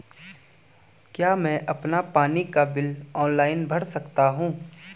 क्या मैं अपना पानी का बिल ऑनलाइन भर सकता हूँ?